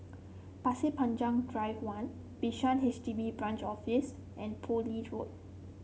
Pasir Panjang Drive One Bishan H D B Branch Office and Poole Road